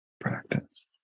practice